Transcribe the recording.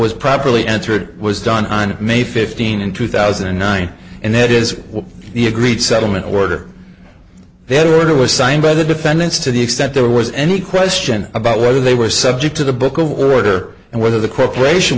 was properly entered was done on may fifteen in two thousand and nine and that is the agreed settlement order then order was signed by the defendants to the extent there was any question about whether they were subject to the book of the order and whether the corporation